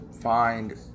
find